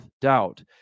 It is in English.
doubt